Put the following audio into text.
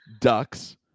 Ducks